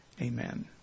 Amen